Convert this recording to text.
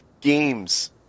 games